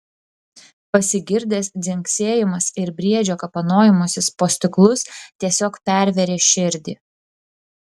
pasigirdęs dzingsėjimas ir briedžio kapanojimasis po stiklus tiesiog pervėrė širdį